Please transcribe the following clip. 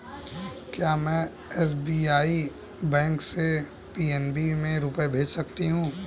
क्या में SBI bank से पी.एन.बी में रुपये भेज सकती हूँ?